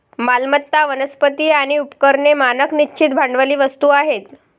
मालमत्ता, वनस्पती आणि उपकरणे मानक निश्चित भांडवली वस्तू आहेत